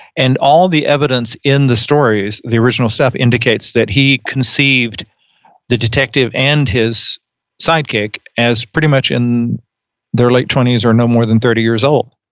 and all the evidence in the stories, the original stuff indicates that he conceived the detective and his sidekick, as pretty much in their late twenty s are no more than thirty years old.